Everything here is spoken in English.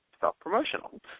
Self-promotional